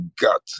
gut